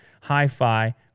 hi-fi